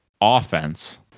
offense